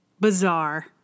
bizarre